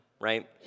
right